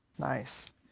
Nice